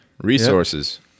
resources